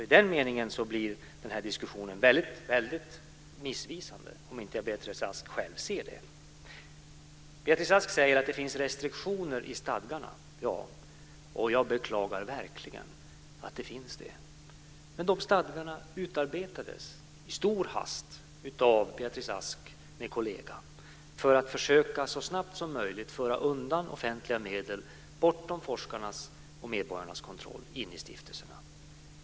I den meningen blir den här diskussionen väldigt missvisande även om Beatrice Ask själv inte ser det. Beatrice Ask säger att det finns restriktioner i stadgarna. Ja, och jag beklagar verkligen att de finns. De stadgarna utarbetades i stor hast av Beatrice Ask med kollega för att så snabbt som möjligt försöka föra undan offentliga medel in i stiftelserna, bortom forskarnas och medborgarnas kontroll.